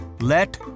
Let